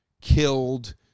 killed